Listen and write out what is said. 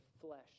flesh